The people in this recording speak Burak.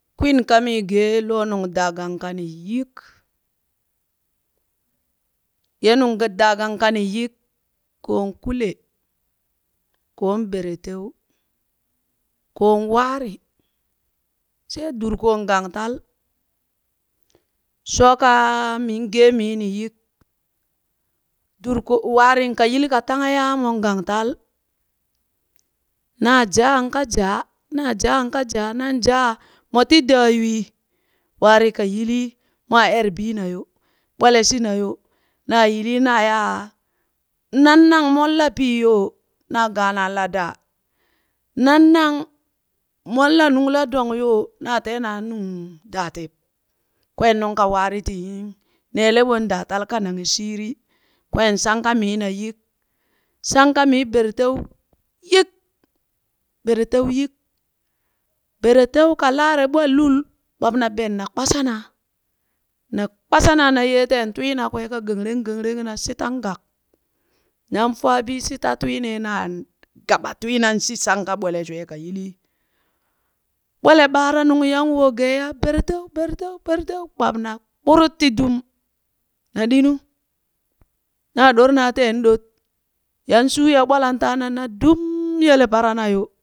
Kwiin kami geen loo nungdaagang kani yik, ye nungadaagang kani yik koon Kule, koon Bereteu, koon Waari, she Durkoon gangtal, shookaa min gee mii ni yik, durko waarin ka yili ka taanghe yaamon gangtal, naa jaan ka jaa, naa jaan ka jaa nan jaa, moti daa ywii, waari ka yilii mwaa ere biina yo, ɓwele shina yo, naa yilii nayaa nan nang mon la pii yo naa gaanan la daa nan nang mon la nung la dong yoo, naa teena nung daatib, kween nungka waari tin neeleɓon daatal ka nanghe shiiri kween shanka mii na yik. Shanka mii berteu yik, Berteu yik bereteu ka laare ɓol lul kpak na benne na kpashana na kpashana na yee teen twiina kwee ka gengreng genreng na shitan gak, nan faa bii shita twiinee naa gaɓa twiina shi shanka bwele shween ka yilii ɓole ɓaara nungyan woo gee yaa Bereteu, Bereteu, Bereteu, kpak na kpurut ti dum na ɗinu naa ɗorna teen ɗot yan shuu ya ɓolan taana na duum, yele parana yo.